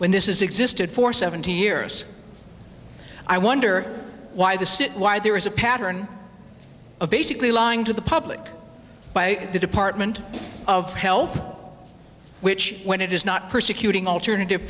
when this is existed for seventy years i wonder why the cit why there is a pattern of basically lying to the public by the department of health which when it is not persecuting alternative